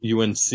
UNC